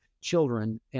children